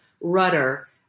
rudder